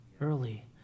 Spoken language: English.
early